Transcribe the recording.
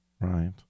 Right